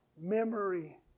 memory